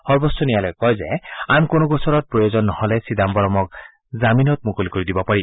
সৰ্বোচ্চ ন্যায়ালয়ে কয় যে আন কোনো গোচৰত প্ৰয়োজন নহলে চিদাম্বৰমক জামিনত মুকলি কৰি দিব পাৰি